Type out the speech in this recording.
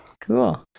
Cool